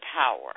power